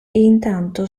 intanto